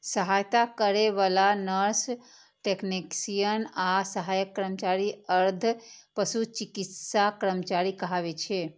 सहायता करै बला नर्स, टेक्नेशियन आ सहायक कर्मचारी अर्ध पशु चिकित्सा कर्मचारी कहाबै छै